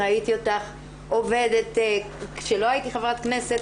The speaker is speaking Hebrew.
ראיתי אותך עובדת כשלא הייתי חברת כנסת,